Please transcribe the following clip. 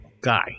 guy